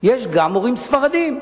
יש גם הורים ספרדים?